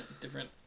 different